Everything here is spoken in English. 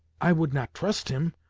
i would not trust him,